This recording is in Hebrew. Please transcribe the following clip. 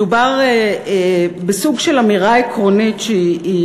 מדובר בסוג של אמירה עקרונית שהיא